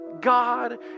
God